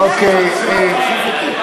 אוקיי.